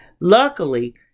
luckily